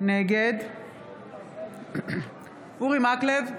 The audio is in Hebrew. נגד אורי מקלב,